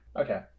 Okay